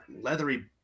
leathery